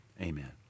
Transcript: amen